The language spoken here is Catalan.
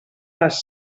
les